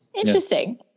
Interesting